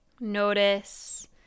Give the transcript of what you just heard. Notice